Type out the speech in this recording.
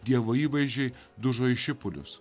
dievo įvaizdžiai dužo į šipulius